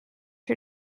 her